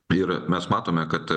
ir mes matome kad